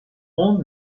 ronde